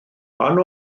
pan